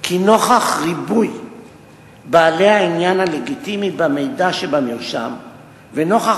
כי נוכח ריבוי בעלי העניין הלגיטימי במידע שבמרשם ונוכח